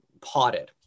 potted